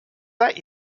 that